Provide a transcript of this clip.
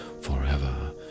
forever